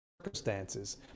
circumstances